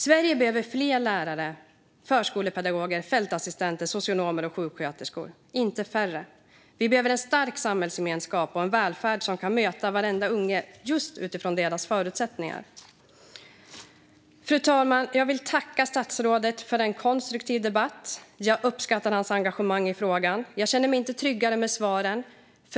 Sverige behöver fler lärare, förskolepedagoger, fältassistenter, socionomer och sjuksköterskor, inte färre. Vi behöver en stark samhällsgemenskap och en välfärd som kan se och möta varenda unge utifrån just det barnets förutsättningar. Fru talman! Jag vill tacka statsrådet för en konstruktiv debatt. Jag uppskattar hans engagemang i frågan. Jag känner mig inte tryggare med svaren.